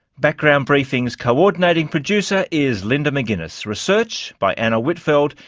background briefing's coordinating producer is linda mcginness. research by anna whitfeld,